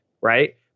Right